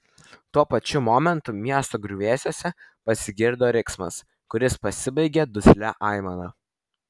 tuo pačiu momentu miesto griuvėsiuose pasigirdo riksmas kuris pasibaigė duslia aimana